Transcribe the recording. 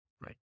Right